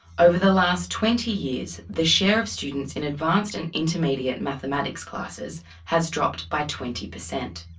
over the last twenty years the share of students in advanced and intermediate mathematics classes has dropped by twenty percent,